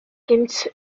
gynt